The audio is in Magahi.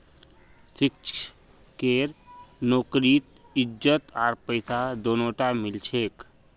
शिक्षकेर नौकरीत इज्जत आर पैसा दोनोटा मिल छेक